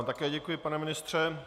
Také vám děkuji, pane ministře.